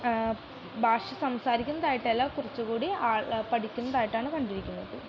ഭാഷ സംസാരിക്കുന്നതായിട്ടല്ല കുറച്ചു കൂടി ആൾ പഠിക്കുന്നതായിട്ടാണ് കണ്ടിരിക്കുന്നത്